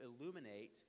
illuminate